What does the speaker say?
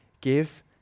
give